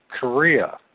Korea